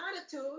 attitude